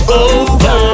over